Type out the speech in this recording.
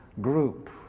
group